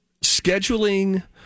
scheduling